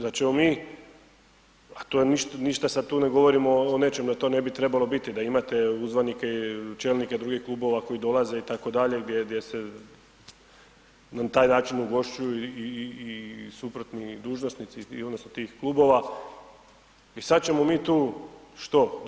Zar ćemo mi, a to je, ništa sad tu ne govorimo o nečemu da to ne bi trebalo biti, da imate uzvanike i čelnike drugih klubova koji dolaze, itd., gdje se na taj način ugošćuju i suprotni dužnosnici odnosno tih klubova i sad ćemo mi tu, što?